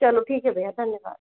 चलो ठीक है भैया धन्यवाद